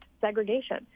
segregation